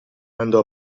andò